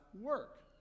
work